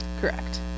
Correct